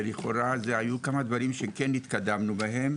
היו כמה דברים שכן התקדמנו בהם.